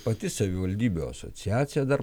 pati savivaldybių asociacija dar